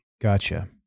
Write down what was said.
Gotcha